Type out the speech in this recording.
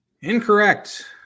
Incorrect